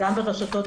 גם לרשתות,